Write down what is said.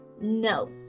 No